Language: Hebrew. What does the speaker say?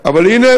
אבל הנה,